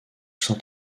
saint